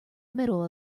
middle